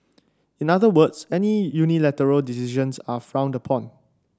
in other words any unilateral decisions are frowned upon